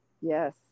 yes